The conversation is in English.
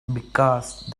because